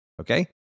okay